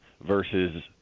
versus